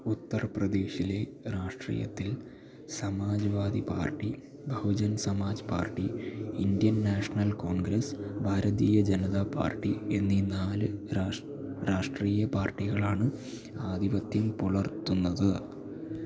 ഉത്തർപ്രദേശിലെ രാഷ്ട്രീയത്തിൽ Samajwadi Party Bahujan Samaj Party Indian National Congress Bharatiya Janata Party എന്നീ നാല് രാഷ്ട്രീയ പാർട്ടികളാണ് ആധിപത്യം പുലർത്തുന്നത്